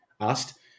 asked